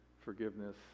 forgiveness